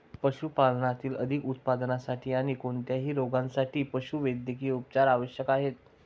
पशुपालनातील अधिक उत्पादनासाठी आणी कोणत्याही रोगांसाठी पशुवैद्यकीय उपचार आवश्यक आहेत